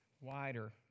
wider